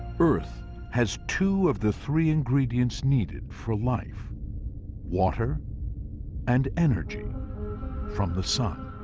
earth has two of the three ingredients needed for life water and energy from the sun.